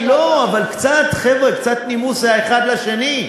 לא, אבל קצת, חבר'ה, קצת נימוס האחד לשני.